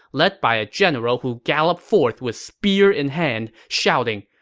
led by a general who galloped forth with spear in hand, shouting,